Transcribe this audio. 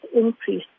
increase